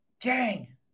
Gang